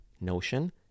Notion